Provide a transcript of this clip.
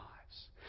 lives